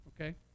okay